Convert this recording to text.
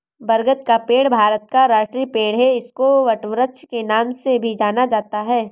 बरगद का पेड़ भारत का राष्ट्रीय पेड़ है इसको वटवृक्ष के नाम से भी जाना जाता है